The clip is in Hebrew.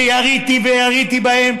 שיריתי ויריתי בהם,